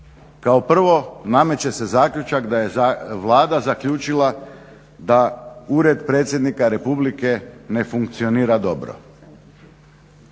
Kao prvo nameće se zaključak da je Vlada zaključila da ured predsjednika Republike ne funkcionira dobro.